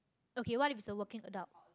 okay what if it's a working adult